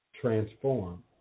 transform